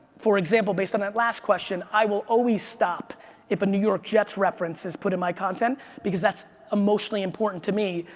for example, based on that last question, i will always stop if a new york jets reference is put in my content because that's emotionally important to me.